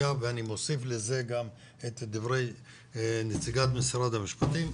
החקיקה ואני מוסיף לזה גם את דברי נציגת משרד המשפטים,